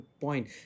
point